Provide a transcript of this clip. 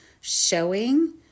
showing